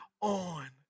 on